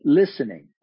listening